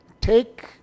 Take